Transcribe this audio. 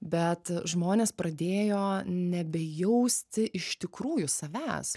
bet žmonės pradėjo nebejausti iš tikrųjų savęs